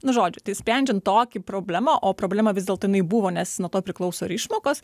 nu žodžiu tai sprendžiant tokį problema o problema vis dėlto jinai buvo nes nuo to priklauso ir išmokos